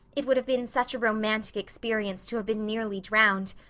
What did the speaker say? it would have been such a romantic experience to have been nearly drowned.